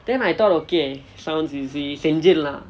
then I thought okay sounds easy செஞ்சிரளாம்:senchiralaam lah